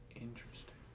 Interesting